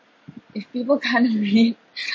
if people can't read